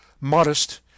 modest